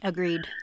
Agreed